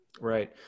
Right